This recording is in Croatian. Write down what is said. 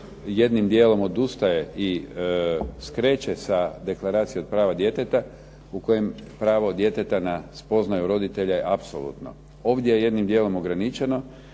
jednim dijelom odustaje i skreće sa deklaracije prava djeteta, u kojem pravo djeteta na spoznaju roditelja je apsolutno. Ovdje je jednim dijelom ograničeno,